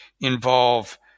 involve